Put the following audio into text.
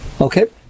Okay